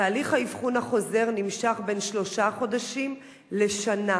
תהליך האבחון החוזר נמשך בין שלושה חודשים לשנה,